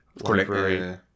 Library